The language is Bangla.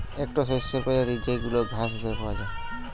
একটো শস্যের প্রজাতি যেইগুলা ঘাস হিসেবে পাওয়া যায়